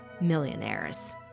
millionaires